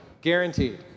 guaranteed